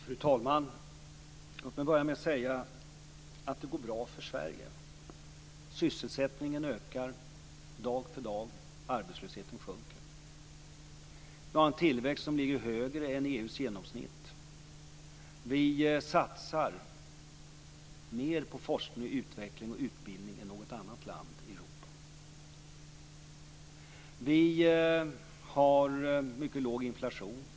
Fru talman! Låt mig börja med att säga att det går bra för Sverige. Sysselsättningen ökar dag för dag. Arbetslösheten sjunker. Vi har en tillväxt som ligger högre än EU:s genomsnitt. Vi satsar mer på forskning, utveckling och utbildning än något annat land i Europa. Vi har mycket låg inflation.